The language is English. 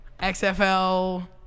XFL